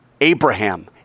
Abraham